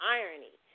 irony